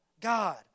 God